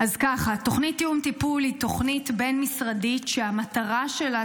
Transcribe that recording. תוכנית תיאום טיפול היא תוכנית בין-משרדית שהמטרה שלה